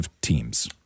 Teams